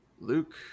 Luke